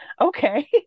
Okay